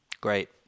Great